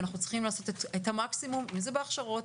ואנחנו צריכים לעשות את המקסימום אם זה בהכשרות,